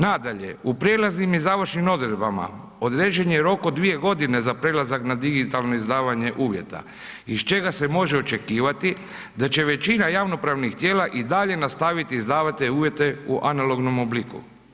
Nadalje, u prijelaznim i završnim odredbama, određen je rok od 2 g. za prelazak na digitalno izdavanja uvjeta, iz čega se može očekivati, da će većina javnopravnih tijela i dalje nastaviti izdavati te uvjete u analognom obliku.